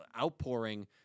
outpouring